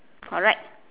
correct